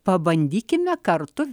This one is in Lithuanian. pabandykime kartu